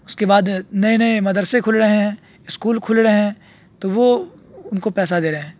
اس کے بعد نئے نئے مدرسے کھل رہے ہیں اسکول کھل رہے ہیں تو وہ ان کو پیسہ دے رہے ہیں